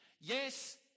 Yes